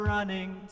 Running